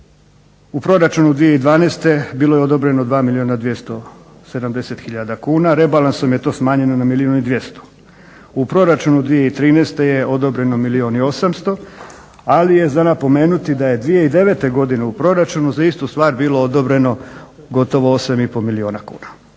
U proračunu 2012. bilo je odobreno 2 milijuna 270 hiljada kuna. Rebalansom je to smanjeno na milijun i 200. U proračunu 2013. je odobreno milijuna i 800, ali je za napomenuti da je 2009. godine u proračunu za istu stvar bilo odobreno gotovo 8 i pol milijuna kuna.